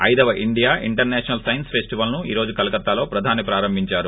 ఐదవ India international science festival ను ఈ రోజు కొలకత్తాలో ప్రధాని ప్రారంభించారు